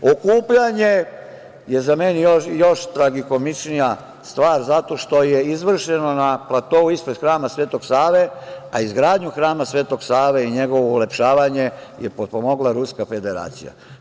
Okupljanje je za mene još tragikomičnija stvar zato što je izvršeno na platou ispred Hrama Svetog Save, a izgradnju Hrama Svetog Save i njegovo ulepšavanje je potpomogla Ruska Federacija.